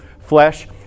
flesh